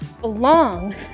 belong